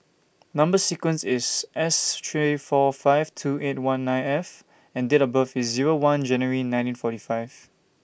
Number sequence IS S three four five two eight one nine F and Date of birth IS Zero one January nineteen forty five